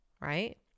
right